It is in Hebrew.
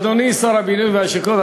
אדוני שר הבינוי והשיכון,